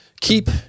keep